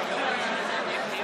אני מבקש